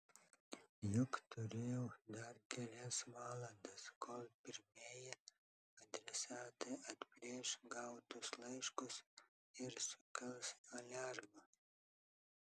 juk turėjau dar kelias valandas kol pirmieji adresatai atplėš gautus laiškus ir sukels aliarmą